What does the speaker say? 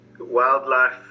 wildlife